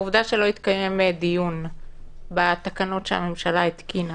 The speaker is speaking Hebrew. העובדה שלא התקיים דיון בתקנות שהממשלה התקינה